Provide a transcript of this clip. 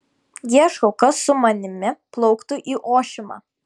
ieškau kas su manimi plauktų į ošimą